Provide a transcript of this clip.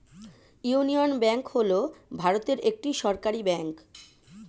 union bank হল ভারতের একটি সরকারি ব্যাঙ্ক